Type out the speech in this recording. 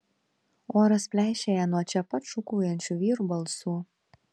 oras pleišėja nuo čia pat šūkaujančių vyrų balsų